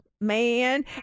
man